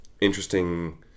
interesting